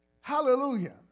hallelujah